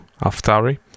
Aftari